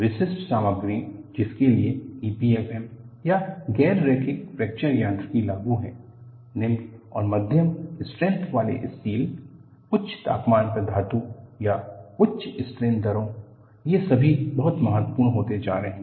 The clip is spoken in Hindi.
विशिष्ट सामग्री जिसके लिए EPFM या गैर रेखीय फ्रैक्चर यांत्रिकी लागू है निम्न और मध्यम स्ट्रेंथ वाले स्टील उच्च तापमान पर धातु या उच्च स्ट्रेन दरो ये सभी बहुत महत्वपूर्ण होते जा रहे हैं